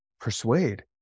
persuade